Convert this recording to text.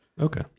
Okay